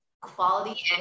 quality